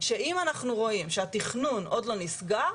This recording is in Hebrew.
שאם אנחנו רואים שהתכנון עוד לא נסגר,